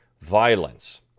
violence